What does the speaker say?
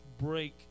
break